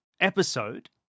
episode